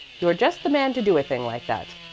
you're just the man to do a thing like that.